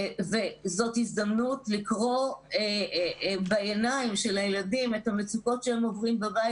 וזאת הזדמנות לקרוא בעיניים של הילדים את המצוקות שהם עוברים בבית,